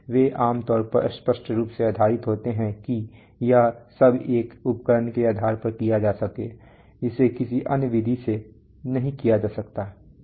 वे आम तौर पर स्पष्ट रूप से आधारित होते हैं कि यह सब एक उपकरण के आधार पर किया जा सकता है जिसे किसी अन्य विधि से नहीं किया जा सकता है